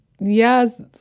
yes